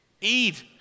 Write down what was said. eat